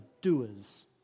doers